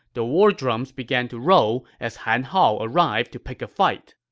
the war drums began to roll as han hao arrived to pick a fight.